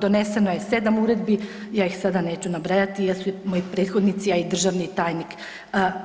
Doneseno je 7 uredbi, ja ih sada neću nabrajati jer su moji prethodnici, a i državni tajni